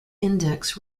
index